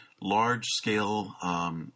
large-scale